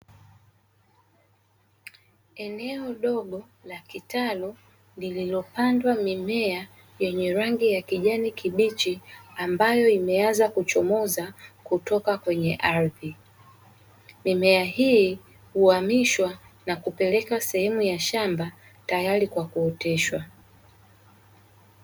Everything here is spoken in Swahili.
Eneo dogo la kitalu lililopandwa mimea yenye rangi ya kijani kibichi, ambayo imeanza kuchomoza kutoka kwenye ardhi. Mimea hii huamishwa na kupelekwa sehemu ya shamba tayari kwa kuoteshwa.